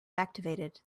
activated